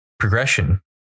progression